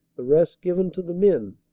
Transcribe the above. the rest given to the men.